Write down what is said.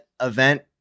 event